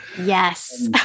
Yes